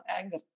anger